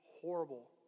horrible